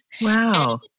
Wow